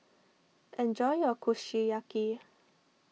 enjoy your Kushiyaki